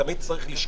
תמיד יש לזכור.